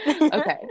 okay